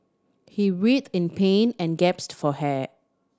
he writhed in pain and gasped for air